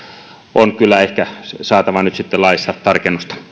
on ehkä nyt sitten saatava laissa tarkennusta